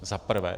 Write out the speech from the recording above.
Za prvé.